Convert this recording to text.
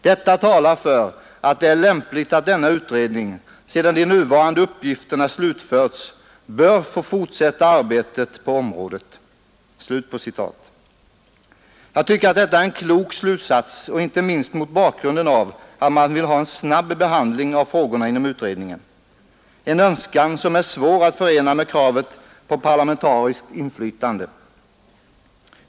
Detta talar för att det är lämpligt att denna utredning — sedan de nuvarande uppgifterna slutförts — bör få fortsätta arbetet på området.” Jag tycker att detta är en klok slutsats inte minst mot bakgrund av att man vill ha en snabb behandling av frågorna inom utredningen, en önskan som är svår att förena med kravet på parlamentariskt inflytande.